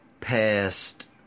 past